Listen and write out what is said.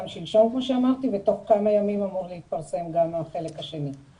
שמים בתור רקע סרטון כלשהוא והולכים